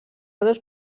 dos